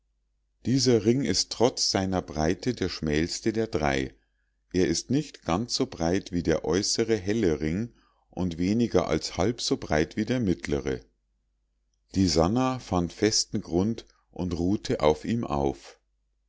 dieser ring ist trotz seiner breite der schmälste der drei er ist nicht ganz so breit wie der äußere helle ring und weniger als halb so breit wie der mittlere die sannah fand festen grund und ruhte auf ihm auf